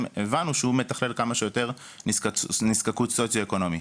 הבנו שהוא מתכלל כמה שיותר נזקקות סוציו-אקונומית.